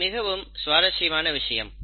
இது மிகவும் சுவாரசியமான விஷயம்